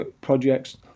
projects